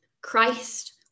Christ